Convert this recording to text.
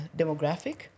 demographic